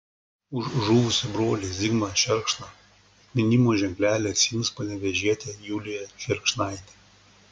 už žuvusį brolį zigmą šerkšną atminimo ženklelį atsiims panevėžietė julija šerkšnaitė